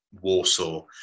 Warsaw